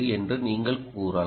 என்று நீங்கள் கூறலாம்